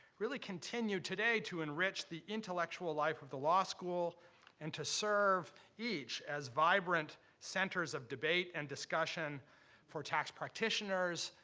really continue today to enrich the intellectual life of the law school and to serve each as vibrant centers of debate and discussion for tax practitioners,